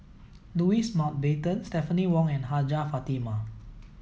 Louis Mountbatten Stephanie Wong and Hajjah Fatimah